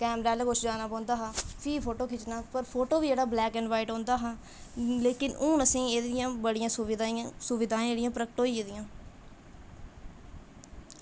कैमरे आह्ले कश जाना पौंदा हा फ्ही फोटो खिच्चना पर फोटो बी जेह्ड़ा ब्लैक एंड व्हाइट औंदा हा लेकिन हून असेंगी एह्दियां बड़ियां सुविधां हियां सुविधां जेह्ड़ियां प्रकट होई गेदियां